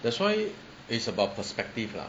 that's why it's about perspective lah